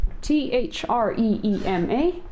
T-H-R-E-E-M-A